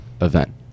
event